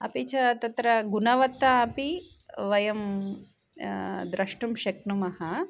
अपि च तत्र गुणवत्ता अपि वयं द्रष्टुं शक्नुमः